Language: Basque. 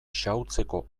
xahutzeko